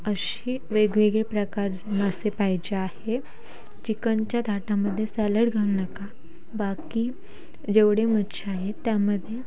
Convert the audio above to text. अशी वेगवेगळे प्रकार मासे पाहिजे आहे चिकनच्या ताटामध्ये सॅलेड घालू नका बाकी जेवढे मच्छी आहेत त्यामध्ये